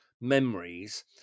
memories